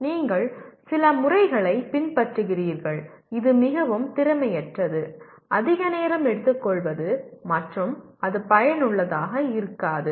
நீங்கள் சில முறைகளைப் பின்பற்றுகிறீர்கள் இது மிகவும் திறமையற்றது அதிக நேரம் எடுத்துக்கொள்வது மற்றும் அது பயனுள்ளதாக இருக்காது